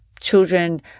Children